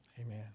Amen